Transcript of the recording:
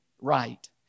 right